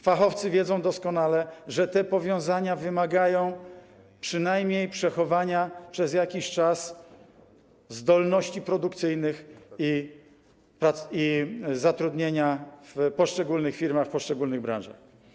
Fachowcy wiedzą doskonale, że te powiązania wymagają przynajmniej przechowania przez jakiś czas zdolności produkcyjnych i zatrudnienia w poszczególnych firmach, w poszczególnych branżach.